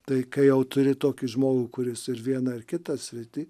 tai kai jau turi tokį žmogų kuris ir vieną ar kitą sritį